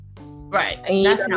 Right